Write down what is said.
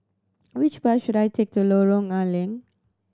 which bus should I take to Lorong Are Leng